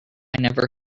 never